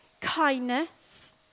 kindness